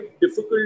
difficult